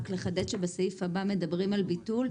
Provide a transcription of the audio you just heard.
רק לחדד שבסעיף הבא מדברים על ביטול.